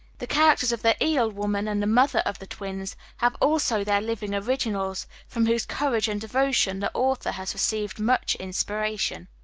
the characters of the eel-woman and the mother of the twins have also their living originals, from whose courage and devotion the author has received much inspiration.